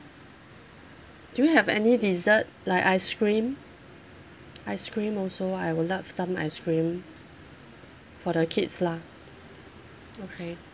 do you have any dessert like ice cream ice cream also I will love some ice cream for the kids lah okay